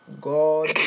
God